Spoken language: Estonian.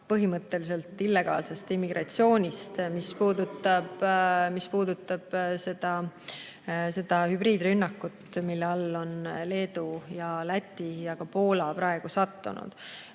põhimõtteliselt illegaalsest immigratsioonist, mis puudutab seda hübriidrünnakut, mille alla on Leedu ja Läti ja ka Poola praegu sattunud.